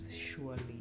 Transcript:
surely